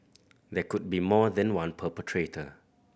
there could be more than one perpetrator